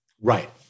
Right